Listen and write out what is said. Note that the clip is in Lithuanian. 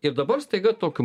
ir dabar staiga tokiu